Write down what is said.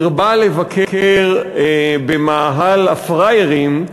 הרבה לבקר ב"מאהל הפראיירים",